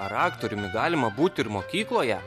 ar aktoriumi galima būti ir mokykloje